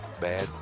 bad